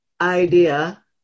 idea